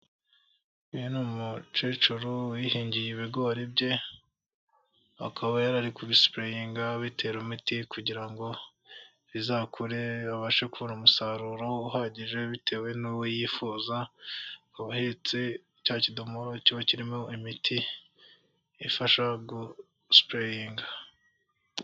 Uyu ni umukecuru wihingiye ibigori bye, akaba yarakubise sipureyiga, abitera umuti kugira ngo bizakure, abashe kubona umusaruro uhagije bitewe n'uwo yifuza ahetse cya kidomoro kiba kirimo imiti ifasha gusipureyinga.